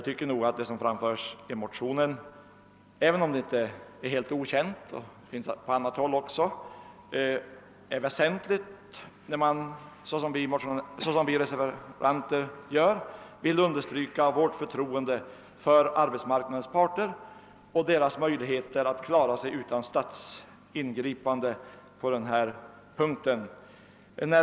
Även om det som framförs i motionerna inte är helt okänt tycker jag att det är väsentligt att, såsom vi reservanter gjort, understryka förtroendet för arbetsmarknadens parter och deras möjligheter att klara sig utan statsingripande i detta sammanhang.